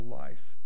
life